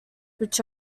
which